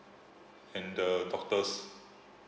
and the doctor's